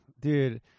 dude